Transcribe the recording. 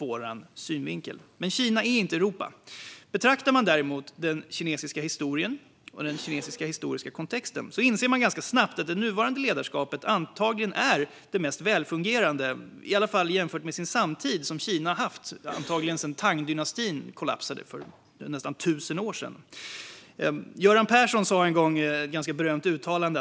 Men Kina är inte Europa. Om man däremot betraktar den kinesiska historien och dess kontext inser man ganska snabbt att det nuvarande ledarskapet antagligen är det mest välfungerande, i varje fall jämfört med den samtid som Kina har haft sedan, antagligen, Tangdynastin kollapsade för tusen år sedan. Göran Persson gjorde en gång ett uttalande som har blivit ganska berömt.